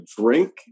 drink